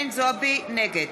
נגד